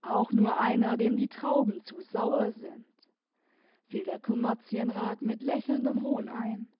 auch nur einer dem die trauben zu sauer sind fiel der kommerzienrat mit lächelndem hohn ein